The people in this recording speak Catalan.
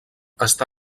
està